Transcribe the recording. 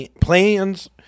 plans